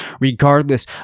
regardless